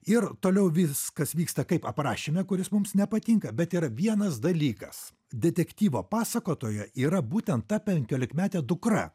ir toliau viskas vyksta kaip aprašyme kuris mums nepatinka bet yra vienas dalykas detektyvo pasakotoja yra būtent ta penkiolikmetė dukra